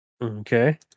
Okay